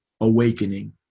awakening